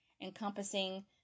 encompassing